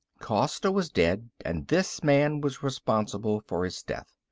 costa was dead, and this man was responsible for his death.